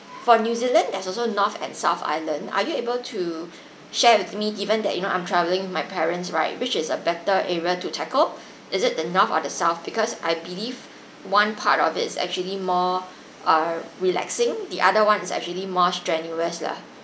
for new zealand there's also north and south island are you able to share with me given that you know I'm travelling with my parents right which is a better area to tackle is it the north or the south because I believe one part of it's actually more err relaxing the other one is actually more strenuous lah